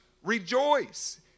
Rejoice